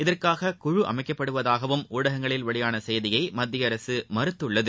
இதற்காக குழு அமைக்கப்படுவதாகவும் ஊடகங்களில் வெளியான செய்தியை மத்திய அரசு மறத்துள்ளது